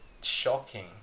shocking